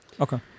Okay